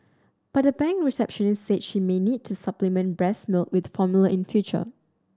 but the bank receptionist said she may need to supplement breast with formula in future